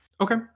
Okay